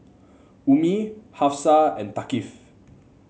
Ummi Hafsa and Thaqif